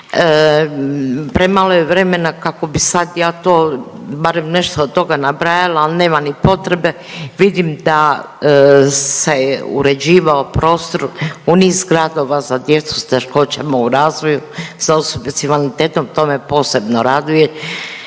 Premalo je vremena kako bi sad ja to barem nešto od toga nabrajala, ali nema ni potrebe, vidim da se uređivao prostor u niz gradova za djecu s teškoćama u razvoju, za osobe s invaliditetom, to me posebno raduje.